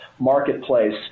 Marketplace